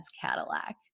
Cadillac